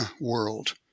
world